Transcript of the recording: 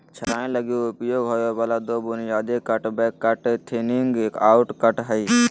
छंटाई लगी उपयोग होबे वाला दो बुनियादी cut back cut, thinning out cut हइ